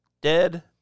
Dead